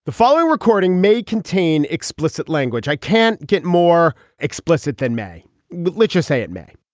the following recording may contain explicit language i can't get more explicit than may literacy it may